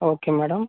okay madam